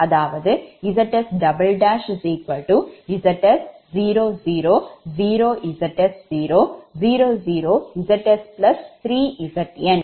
Zs Zs 0 0 0 Zs 0 0 0 Zs3Zn